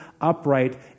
upright